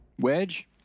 Wedge